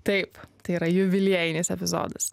taip tai yra jubiliejinis epizodas